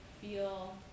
feel